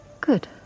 Good